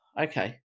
okay